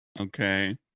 okay